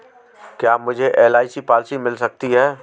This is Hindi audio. क्या मुझे एल.आई.सी पॉलिसी मिल सकती है?